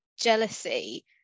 jealousy